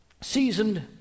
seasoned